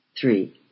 Three